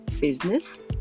business